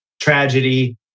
tragedy